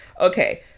Okay